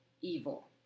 evil